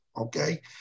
okay